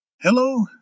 Hello